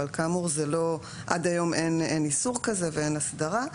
אבל כאמור עד היום אין איסור כזה ואין הסדרה.